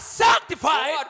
sanctified